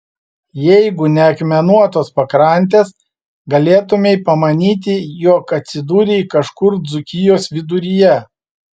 jeigu ne akmenuotos pakrantės galėtumei pamanyti jog atsidūrei kažkur dzūkijos viduryje